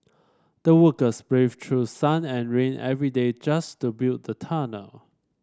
the workers brave through sun and rain every day just to build the tunnel